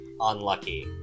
unlucky